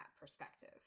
perspective